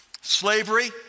slavery